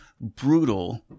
brutal –